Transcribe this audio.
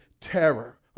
terror